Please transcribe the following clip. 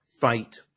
fight